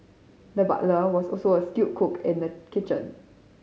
the butler was also a skilled cook in the kitchen